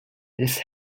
this